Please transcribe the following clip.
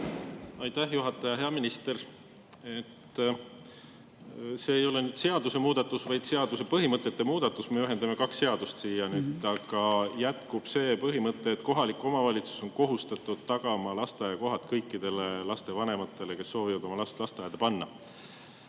Aitäh, juhataja! Hea minister! See ei ole seadusmuudatus, vaid seaduse põhimõtete muudatus. Me ühendame nüüd kaks seadust. Aga püsib see põhimõte, et kohalik omavalitsus on kohustatud tagama lasteaiakohad kõikidele lastevanematele, kes soovivad oma last lasteaeda panna.